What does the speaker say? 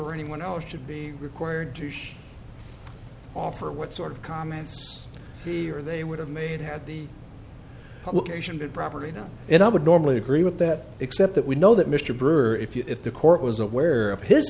or anyone else should be required to offer what sort of comments he or they would have made had the publication been property not in i would normally agree with that except that we know that mr brewer if the court was aware of his